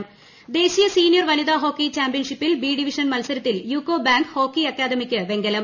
വനിതാ ഹോക്കി ദേശീയ സീനിയർ വനിതാ ഹോക്കി ചാമ്പ്യൻഷിപ്പിൽ ബി ഡിവിഷൻ മത്സരത്തിൽ യൂക്കോബാങ്ക് ഹോക്കി അക്കാദമിക്ക് വെങ്കലം